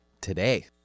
today